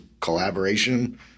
collaboration